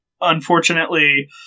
Unfortunately